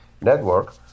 network